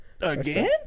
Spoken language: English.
Again